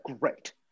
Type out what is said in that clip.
great